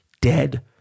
Dead